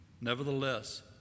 Nevertheless